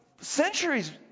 centuries